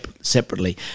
separately